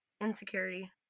Insecurity